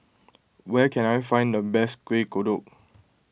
where can I find the best Kueh Kodok